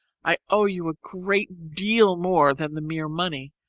i owe you a great deal more than the mere money,